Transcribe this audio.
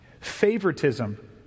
favoritism